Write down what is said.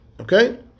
Okay